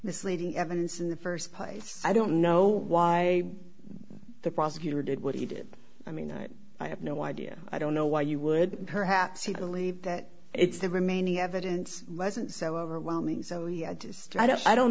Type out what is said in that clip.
misleading evidence in the st place i don't know why the prosecutor did what he did i mean i have no idea i don't know why you would perhaps he believed that it's the remaining evidence wasn't so overwhelming so he i just i don't i don't